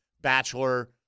bachelor